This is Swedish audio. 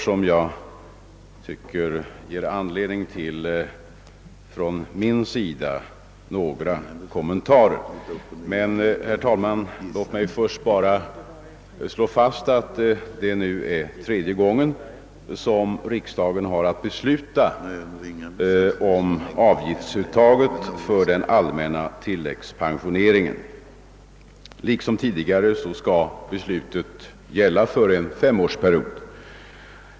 Låt mig emellertid först, herr talman, påpeka att det nu är tredje gången som riksdagen har att besluta om avgiftsuttaget för den allmänna till läggspensioneringen. Liksom tidigare skall beslutet gälla för en femårsperiod.